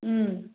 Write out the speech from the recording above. ம்